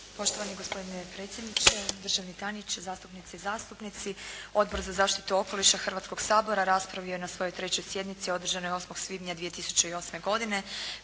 Poštovani gospodine predsjedniče, državni tajniče, zastupnice i zastupnici. Odbor za zaštitu okoliša Hrvatskog sabora raspravio je na svojoj trećoj sjednici održanoj 8. svibnja 2008. godine